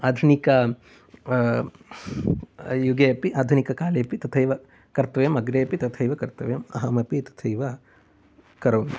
आधुनिक युगे अपि आधुनिककालेपि तथैव कर्तव्यम् अग्रे अपि तथैव कर्तव्यम् अहम् अपि तथैव करोमि